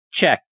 Check